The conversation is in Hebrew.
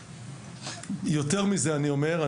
יותר מזה אני אומר,